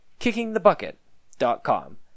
kickingthebucket.com